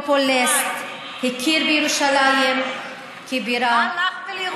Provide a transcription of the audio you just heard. פופוליסט, הכיר בירושלים כבירה, מה לך ולירושלים?